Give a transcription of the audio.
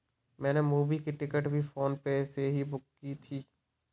मैंने मूवी की टिकट भी फोन पे से ही बुक की थी